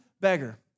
beggar